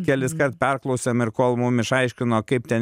keliskart perklausėm ir kol mum išaiškino kaip ten